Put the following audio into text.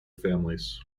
families